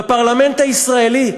בפרלמנט הישראלי.